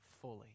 fully